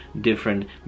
different